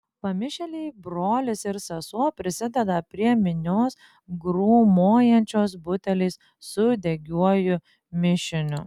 pamišėliai brolis ir sesuo prisideda prie minios grūmojančios buteliais su degiuoju mišiniu